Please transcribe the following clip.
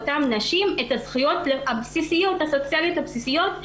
לאותן נשים את הזכויות הסוציאליות הבסיסיות,